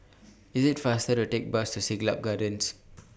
IS IT faster to Take The Bus to Siglap Gardens